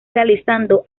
realizando